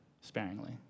sparingly